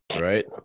right